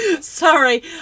Sorry